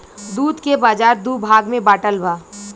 दूध के बाजार दू भाग में बाटल बा